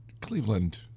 Cleveland